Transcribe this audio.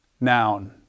noun